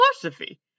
philosophy